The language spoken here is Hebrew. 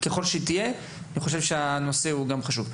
אני חושב שהנושא הזה גם חשוב.